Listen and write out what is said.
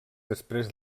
després